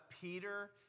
Peter